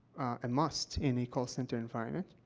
and must in the call center environment,